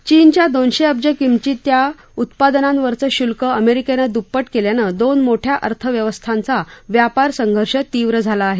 चीनच्या दोनशे अब्ज किमतीच्या उत्पादनांवरचं शुल्क अमेरिकेनं दुप्पट केल्यानं दोन मोठ्या अर्थव्यवस्थांचा व्यापार संघर्ष तीव्र झाला आहे